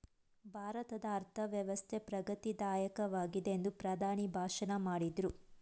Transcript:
ಭಾರತದ ಅರ್ಥವ್ಯವಸ್ಥೆ ಪ್ರಗತಿ ದಾಯಕವಾಗಿದೆ ಎಂದು ಪ್ರಧಾನಿ ಭಾಷಣ ಮಾಡಿದ್ರು